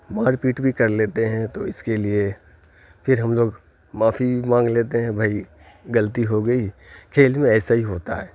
مار پیٹ بھی کر لیتے ہیں تو اس کے لیے پھر ہم لوگ معافی بھی مانگ لیتے ہیں بھائی غلطی ہو گئی کھیل میں ایسا ہی ہوتا ہے